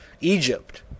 Egypt